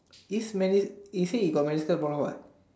this medic he say he got metal problem what